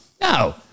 No